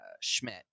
Schmidt